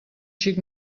xic